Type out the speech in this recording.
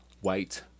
white